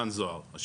מה